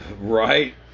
Right